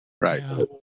Right